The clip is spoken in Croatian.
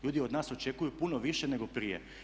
Ljudi od nas očekuju puno više nego prije.